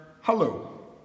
Hello